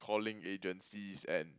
calling agencies and